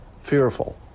fearful